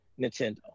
Nintendo